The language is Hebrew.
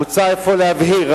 מוצע אפוא להבהיר,